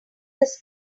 this